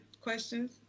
questions